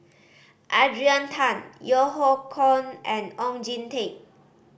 Adrian Tan Yeo Hoe Koon and Oon Jin Teik